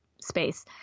space